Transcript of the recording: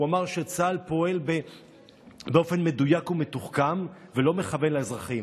שצה"ל פועל באופן מדויק ומתוחכם ולא מכוון לאזרחים.